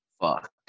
Fuck